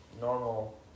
normal